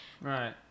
Right